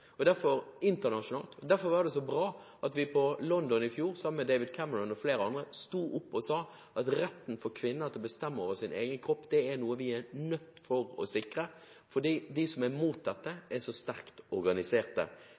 internasjonalt, og derfor var det bra at vi i London i fjor sammen med David Cameron og flere andre sto opp og sa at kvinners rett til å bestemme over egen kropp er noe vi er nødt til å sikre, for de som er